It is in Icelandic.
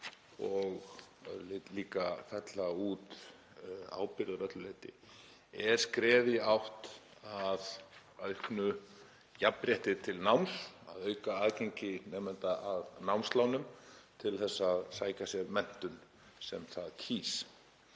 og líka fella út ábyrgð að öllu leyti — skref í átt að auknu jafnrétti til náms, að auka aðgengi nemenda að námslánum til að sækja sér menntun sem þeir kjósa.